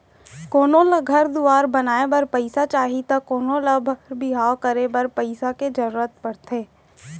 कोनो ल घर दुवार बनाए बर पइसा चाही त कोनों ल बर बिहाव करे बर पइसा के जरूरत परथे